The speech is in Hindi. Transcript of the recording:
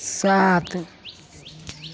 सात